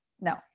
no